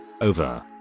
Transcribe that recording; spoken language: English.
Over